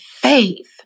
faith